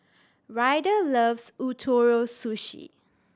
Ryder loves Ootoro Sushi